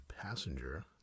passenger